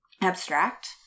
abstract